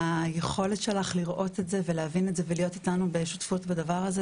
והיכולת שלך לראות את זה ולהבין את זה ולהיות איתנו בשותפות בדבר הזה,